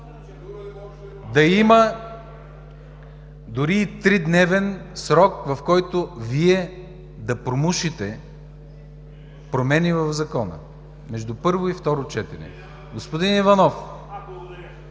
да има дори и 3-дневен срок, в който Вие да промушите промени в Закона между първо и второ четене. Господин Иванов!